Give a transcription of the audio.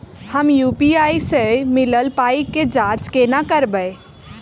हम यु.पी.आई सअ मिलल पाई केँ जाँच केना करबै?